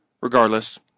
Regardless